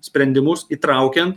sprendimus įtraukiant